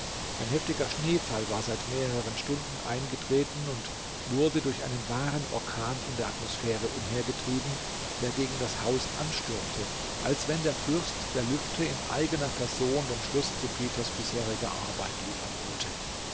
ein heftiger schneefall war seit mehreren stunden eingetreten und wurde durch einen wahren orkan in der atmosphäre umhergetrieben der gegen das haus anstürmte als wenn der fürst der lüfte in eigener person den schluß zu peters bisheriger arbeit liefern wollte